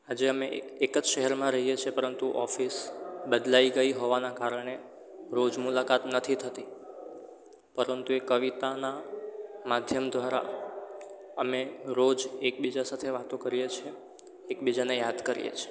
આજે અમે એક જ શહેરમાં રહીએ છીએ પરંતુ ઓફિસ બદલાઈ ગઈ હોવાના કારણે રોજ મુલાકાત નથી થતી પરંતુ એ કવિતાનાં માધ્યમ દ્વારા અમે રોજ એકબીજા સાથે વાતો કરીએ છીએ એકબીજાને યાદ કરીએ છીએ